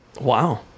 Wow